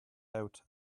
out